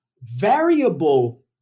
variable